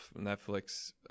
Netflix